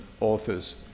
authors